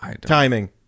Timing